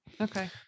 okay